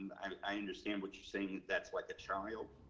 i understand what you're saying. that's what the child.